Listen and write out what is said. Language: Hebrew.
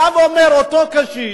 אותו קשיש,